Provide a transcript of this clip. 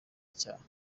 icyaha